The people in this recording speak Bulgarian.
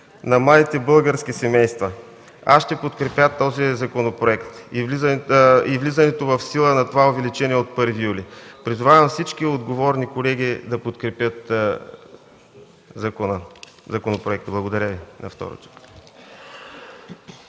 на младите български семейства. Аз ще подкрепя този законопроект и влизането в сила на това увеличение от 1 юли тази година. Призовавам всички отговорни колеги да подкрепят законопроекта. Благодаря Ви.